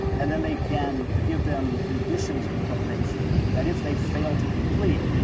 and then they can give them conditions of probation that if they fail to complete,